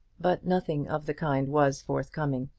but nothing of the kind was forthcoming.